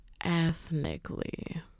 ethnically